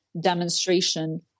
demonstration